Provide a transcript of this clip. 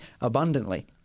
abundantly